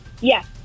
Yes